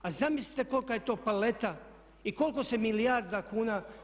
A zamislite kolika je to paleta i koliko se milijarda kuna.